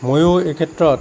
ময়ো এইক্ষেত্ৰত